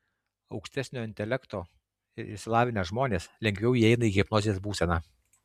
aukštesnio intelekto ir išsilavinę žmonės lengviau įeina į hipnozės būseną